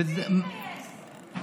אז מי יתגייס?